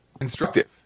instructive